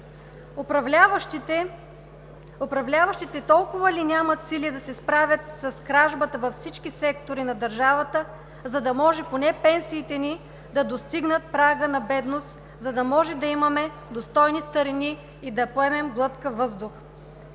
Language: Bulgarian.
Управляващите толкова ли нямат сили да се справят с кражбата във всички сектори на държавата, за да може поне пенсиите ни да достигнат прага на бедност, за да може да имаме достойни старини и да поемем глътка въздух?“